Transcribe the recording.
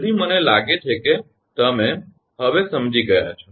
તેથી મને લાગે છે કે તમે હવે સમજી ગયા છો